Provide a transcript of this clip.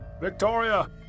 victoria